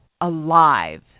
alive